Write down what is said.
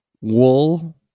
wool